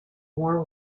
war